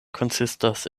konsistas